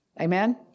Amen